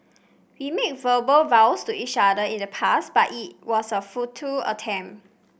we made verbal vows to each other in the past but it was a futile attempt